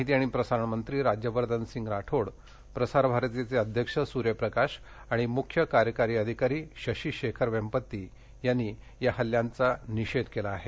माहिती आणि प्रसारण मंत्री राज्यवर्धन सिंग राठोड प्रसार भारतीचे अध्यक्ष सूर्य प्रकाश आणि मुख्य कार्यकारी अधिकारी शशी शेखर वेम्पत्ती यांनी या हल्ल्याचा निषेध केला आहे